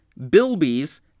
bilbies